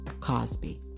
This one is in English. Cosby